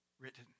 written